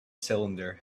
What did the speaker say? cylinder